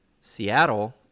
Seattle